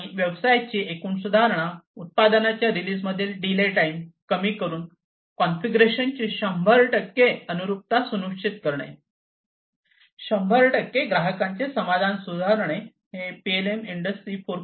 आणि व्यवसायाची एकूण सुधारणा उत्पादनाच्या रिलिझमधील डिले टाईम कमी करुन कॉन्फिगरेशन ची 100 अनुरूपता सुनिश्चित करणे 100 ग्राहकांचे समाधान सुधारणे ही सर्व पीएलएम ची इंडस्ट्री 4